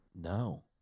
No